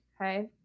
Okay